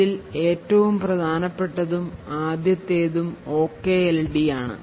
അതിൽ ഏറ്റവും പ്രധാനപ്പെട്ടതും ആദ്യത്തേതും OKLD ആണ്